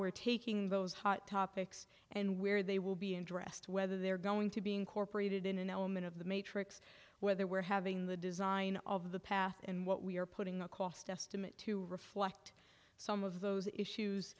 we're taking those hot topics and where they will be addressed whether they're going to be incorporated in an element of the matrix whether we're having the design of the path and what we are putting a cost estimate to reflect some of those issues